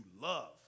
love